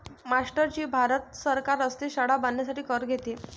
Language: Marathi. मास्टर जी भारत सरकार रस्ते, शाळा बांधण्यासाठी कर घेते